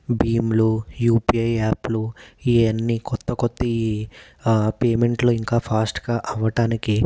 భీమ్లు U P I యాప్లు ఇవన్నీ కొత్త కొత్తవి పేమెంట్లు ఇంకా ఫాస్ట్గా అవ్వటానికి